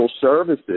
services